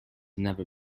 never